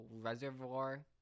reservoir